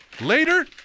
Later